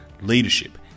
Leadership